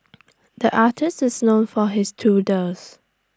the artist is known for his doodles